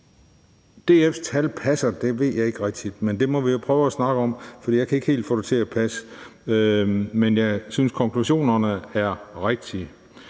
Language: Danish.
DF's tal passer, ved jeg ikke rigtig. Men det må vi jo prøve at snakke om. For jeg kan ikke helt få det til at passe, men jeg synes, at konklusionerne er rigtige.